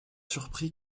surpris